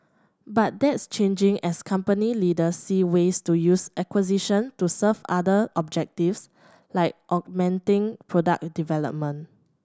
but that's changing as company leaders see ways to use acquisition to serve other objectives like augmenting product development